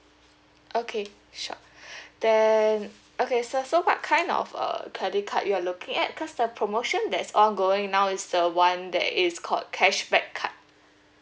okay sure then okay so so what kind of uh credit card you are looking at because the promotion that's ongoing now is the [one] that is called cashback card